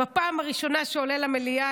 בפעם הראשונה שעולה למליאה,